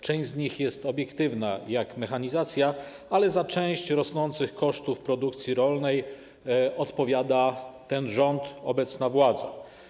Część z nich jest obiektywna jak mechanizacja, ale za część rosnących kosztów produkcji rolnej odpowiada ten rząd, obecna władza.